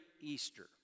Easter